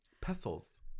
Pestles